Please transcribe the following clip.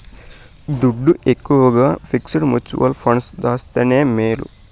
దుడ్డు ఎక్కవగా fixed mutual funds దాస్తేనే మేలు